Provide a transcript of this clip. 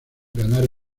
ganar